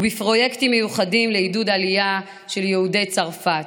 ובפרויקטים מיוחדים לעידוד עלייה של יהודי צרפת.